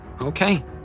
Okay